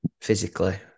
physically